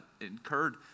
incurred